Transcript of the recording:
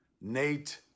Nate